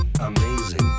Amazing